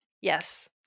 Yes